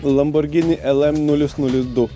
lamborgini lm nulis nulis du